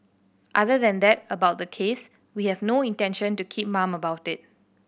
other than that about the case we have no intention to keep mum about it